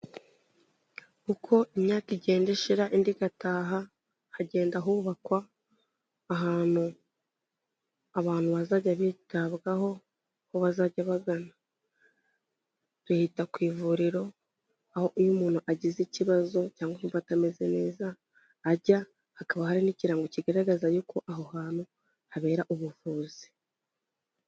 Uko imyaka igenda ishira indi igataha hagenda hubakwa ahantu abantu bazajya bitabwaho n'aho bazajya bagana, bahita ku ivuriro, aho iyo umuntu agize ikibazo cyangwa yumva atameze neza ajya, hakaba hari n'ikirango kigaragaza y'uko aho hantu habera ubuvuzi.